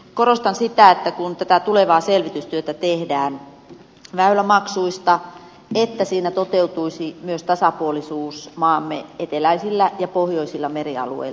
korostan sitä että kun tätä tulevaa selvitystyötä tehdään väylämaksuista siinä toteutuisi myös tasapuolisuus maamme eteläisillä ja pohjoisilla merialueilla